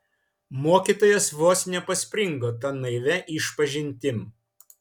mokytojas vos nepaspringo ta naivia išpažintim